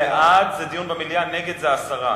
בעד זה דיון במליאה, נגד זה הסרה.